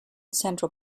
central